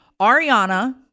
Ariana